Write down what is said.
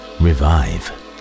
revive